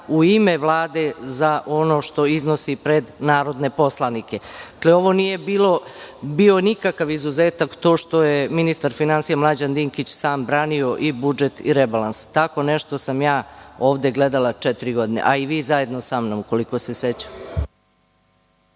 u ime Vlade za ono što iznosi pred narodne poslanike. Nije bio nikakav izuzetak to što je ministar finansija Mlađan Dinkić sam branio i budžet i rebalans. Tako nešto sam ja ovde gledala četiri godine, a i vi zajedno sa mnom, koliko se sećam.